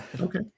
Okay